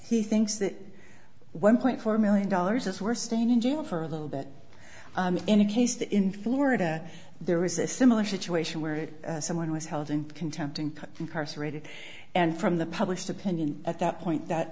he thinks that one point four million dollars as we're staying in jail for a little bit in a case that in florida there was a similar situation where someone was held in contempt and incarcerated and from the published opinion at that point that